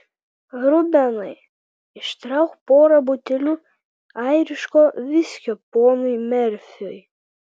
rubenai ištrauk porą butelių airiško viskio ponui merfiui